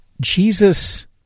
Jesus